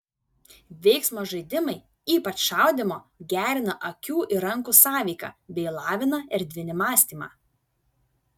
veiksmo žaidimai ypač šaudymo gerina akių ir rankų sąveiką bei lavina erdvinį mąstymą